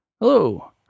Hello